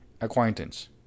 acquaintance